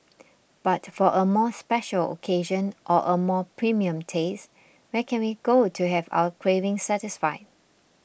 but for a more special occasion or a more premium taste where can we go to have our craving satisfied